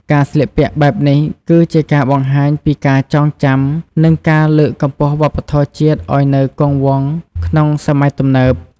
ការស្លៀកពាក់បែបនេះគឺជាការបង្ហាញពីការចងចាំ និងការលើកកម្ពស់វប្បធម៌ជាតិឲ្យនៅគង់វង្សក្នុងសម័យទំនើប។